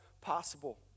possible